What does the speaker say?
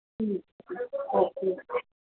ਠੀਕ ਓਕੇ